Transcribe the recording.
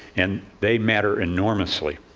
and they matter enormously.